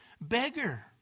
beggar